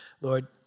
Lord